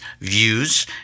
views